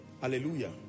Hallelujah